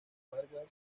vargas